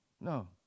no